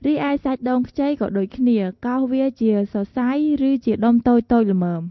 រីឯ សាច់ដូងខ្ចី ក៏ដូចគ្នា កូសវាជាសរសៃ ឬជាដុំតូចៗល្មម។